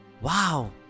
Wow